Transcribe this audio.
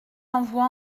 envoie